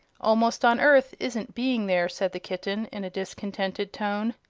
almost on earth isn't being there, said the kitten, in a discontented tone.